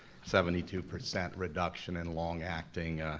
seventy two percent reduction in long-acting